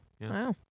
Wow